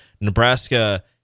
Nebraska